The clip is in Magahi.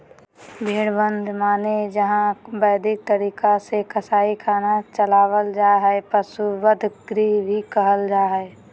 भेड़ बध माने जहां वैधानिक तरीका से कसाई खाना चलावल जा हई, पशु वध गृह भी कहल जा हई